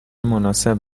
مناسب